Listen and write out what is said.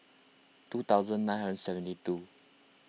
two thousand nine hundred and seventy two